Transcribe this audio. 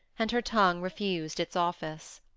and her tongue refused its office.